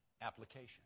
application